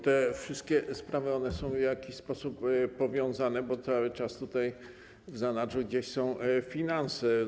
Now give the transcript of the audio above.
Te wszystkie sprawy są w jakiś sposób powiązane, bo cały czas tutaj w zanadrzu gdzieś są finanse.